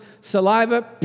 saliva